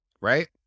Right